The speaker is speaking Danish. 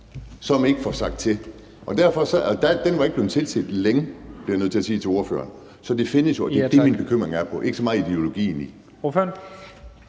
som ikke får sagt til. Den hest var ikke blevet tilset længe, bliver jeg nødt til at sige til ordføreren. Så det findes jo, og det er det, min bekymring går på, ikke så meget ideologien i det.